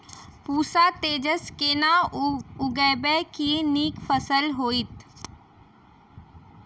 पूसा तेजस केना उगैबे की नीक फसल हेतइ?